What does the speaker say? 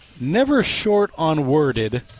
never-short-on-worded